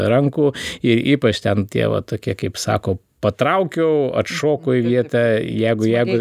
rankų ir ypač ten tie va tokie kaip sako patraukiau atšoko į vietą jeigu jam